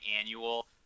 annual